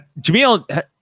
Jamil